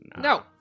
No